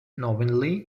knowingly